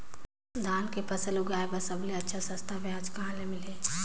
धान के फसल उगाई बार सबले अच्छा सस्ता ब्याज कहा ले मिलही?